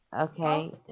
Okay